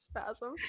spasm